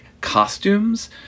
costumes